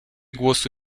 głosu